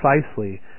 precisely